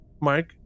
Mike